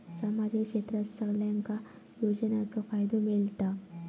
सामाजिक क्षेत्रात सगल्यांका योजनाचो फायदो मेलता?